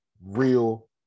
real